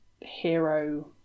hero